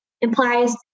implies